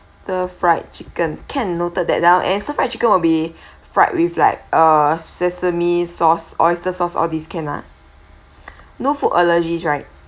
stir fried chicken can noted that down and stir fried chicken will be fried with like a sesame sauce oyster sauce all these can ah no food allergies right